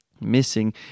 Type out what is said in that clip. missing